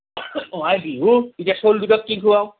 এ বিহুত এতিয়া চ'লি দুটাক কি খোৱাওঁ